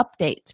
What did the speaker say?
updates